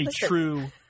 true –